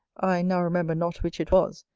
i now remember not which it was,